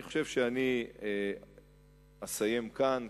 אני חושב שאסיים כאן,